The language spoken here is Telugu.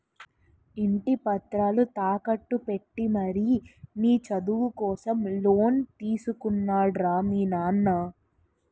ఇంటి పత్రాలు తాకట్టు పెట్టి మరీ నీ చదువు కోసం లోన్ తీసుకున్నాడు రా మీ నాన్న